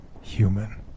human